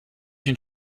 une